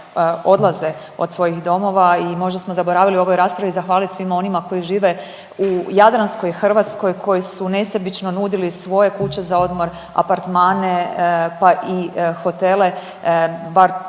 odlaze od svojih domova i možda smo zaboravili u ovoj raspravi zahvalit svima onima koji žive u jadranskoj Hrvatskoj koji su nesebično nudili svoje kuće za odmor, apartmane pa i hotele bar našim